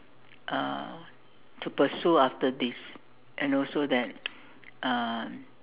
uh to pursue after this and also that uh